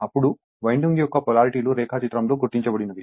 అప్పుడు వైండింగ్ యొక్క పొలారిటీలు రేఖాచిత్రంలో గుర్తించబడినవి